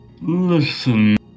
Listen